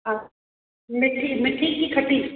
हा मिठी मिठी कि खटी